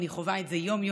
אני חווה את זה יום-יום,